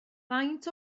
faint